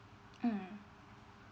mm